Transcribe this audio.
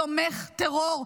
תומך טרור,